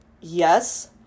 yes